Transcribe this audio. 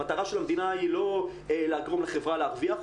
המטרה של המדינה היא לא לגרום לחברה להרוויח,